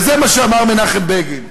וזה מה שאמר מנחם בגין,